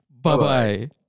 Bye-bye